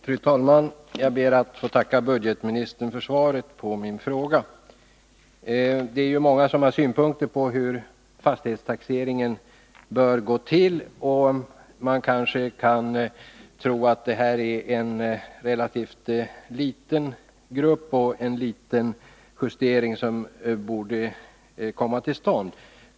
Fru talman! Jag ber att få tacka budgetministern för svaret på min fråga. Det är många som har synpunkter på hur fastighetstaxeringen bör gå till. Man kan kanske tro att det i detta fall är fråga om en relativt liten grupp och en liten justering som borde komma till stånd.